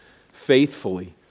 faithfully